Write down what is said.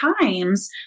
times